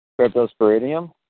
Cryptosporidium